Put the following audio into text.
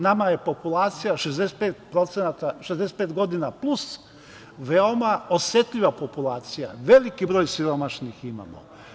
Nama je populacija 65 godina plus veoma osetljiva populacija, veliki broj siromašnih ima.